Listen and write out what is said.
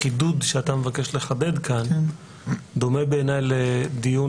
החידוד שאתה מבקש לחדד כאן דומה בעיניי לדיון